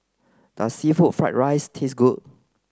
does seafood fried rice taste good